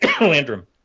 Landrum